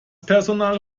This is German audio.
personal